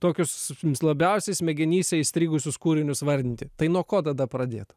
tokius mums labiausiai smegenyse įstrigusius kūrinius vardinti tai nuo ko tada pradėt